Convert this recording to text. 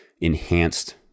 enhanced